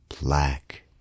black